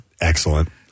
excellent